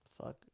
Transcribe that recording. Fuck